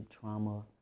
trauma